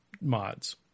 mods